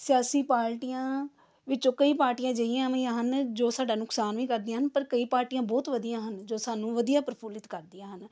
ਸਿਆਸੀ ਪਾਰਟੀਆਂ ਵਿੱਚੋਂ ਕਈ ਪਾਰਟੀਆਂ ਅਜਿਹੀਆਂ ਵੀ ਹਨ ਜੋ ਸਾਡਾ ਨੁਕਸਾਨ ਵੀ ਕਰਦੀਆਂ ਹਨ ਪਰ ਕਈ ਪਾਰਟੀਆਂ ਬਹੁਤ ਵਧੀਆਂ ਹਨ ਜੋ ਸਾਨੂੰ ਵਧੀਆ ਪ੍ਰਫੁਲਿਤ ਕਰਦੀਆਂ ਹਨ